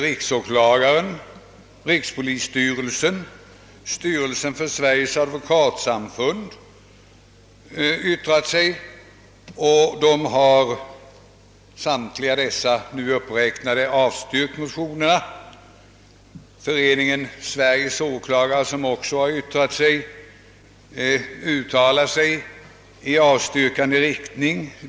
Riksåklagaren, rikspolisstyrelsen och styrelsen för Sveriges advokatsamfund har sålunda yttrat sig. Samtliga dessa remissinstanser har avstyrkt motionerna. Föreningen Sveriges åklagare, som också har yttrat sig, uttalar sig i avstyrkande riktning.